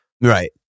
Right